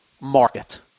market